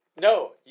No